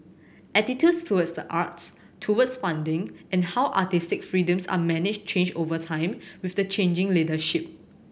attitudes towards the arts towards funding and how artistic freedoms are managed change over time with the changing leadership